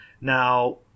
Now